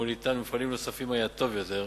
"מוליתן" ומפעלים נוספים היה טוב יותר,